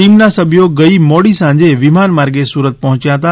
ટીમના સભ્યો ગઈ મોડી સાંજે વિમાન માર્ગે સુરત પહોંચ્યા હતા